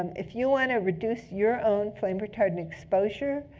um if you want to reduce your own flame retardant exposure,